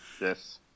Yes